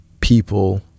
people